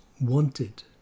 wanted